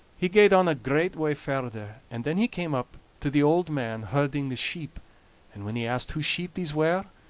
he gaed on a great way farther, and then he came up to the old man herding the sheep and when he asked whose sheep these were,